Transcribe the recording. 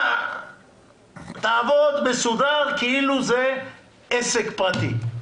תעבוד מסודר כאילו זה עסק פרטי,